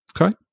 Okay